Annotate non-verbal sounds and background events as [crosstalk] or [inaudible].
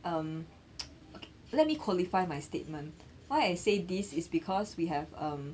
um [noise] let me qualify my statement why I say this is because we have um